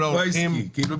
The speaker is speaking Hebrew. יש פה נציג של משפחה מסכנה?